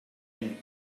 and